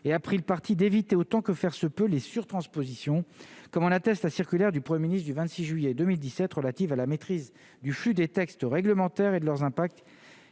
et a pris le parti d'éviter autant que faire se peut les surtranspositions, comme en atteste la circulaire du Premier ministre du 26 juillet 2017 relative à la maîtrise du flux des textes réglementaires et de leurs impacts